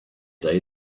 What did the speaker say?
day